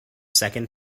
second